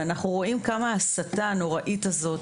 אנחנו רואים כמה ההסתה הנוראית הזו,